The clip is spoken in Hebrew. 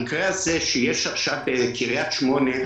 הזה בקריית שמונה,